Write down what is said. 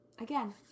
Again